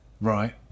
right